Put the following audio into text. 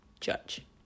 judge